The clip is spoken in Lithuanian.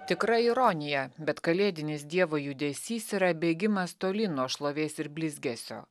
tikra ironija bet kalėdinis dievo judesys yra bėgimas tolyn nuo šlovės ir blizgesio